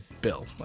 bill